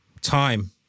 time